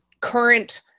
current